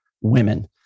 women